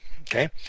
Okay